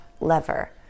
lever